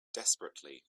desperately